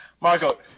Marco